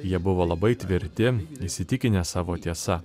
jie buvo labai tvirti įsitikinę savo tiesa